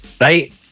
right